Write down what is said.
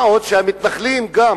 מה עוד שהמתנחלים גם